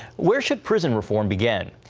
where should prison reform begin?